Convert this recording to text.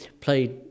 played